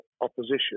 opposition